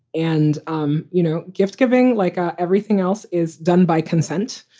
and, um you know, gift giving. like ah everything else is done by consent.